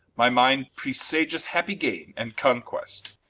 my minde presageth happy gaine, and conquest.